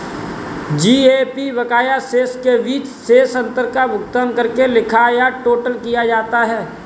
GAP बकाया शेष के बीच शेष अंतर का भुगतान करके लिखा या टोटल किया जाता है